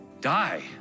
die